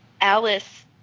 Alice